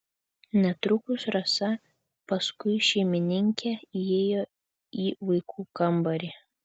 netrukus rasa paskui šeimininkę įėjo į vaikų kambarį